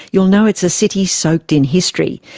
you'll know it's a city soaked in history.